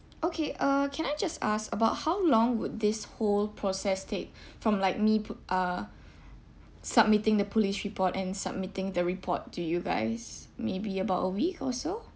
okay uh can I just ask about how long would this whole process take from like me pu~ uh submitting the police report and submitting the report to you guys maybe about a week or so